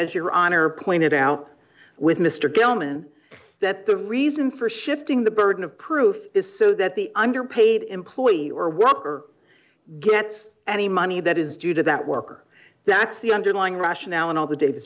as your honor pointed out with mr gilman that the reason for shifting the burden of proof is so that the underpaid employee or worker gets any money that is due to that worker that's the underlying rationale and all the data